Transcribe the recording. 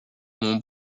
mon